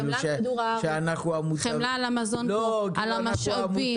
חמלה על כדור הארץ, חמלה על המזון, על המשאבים.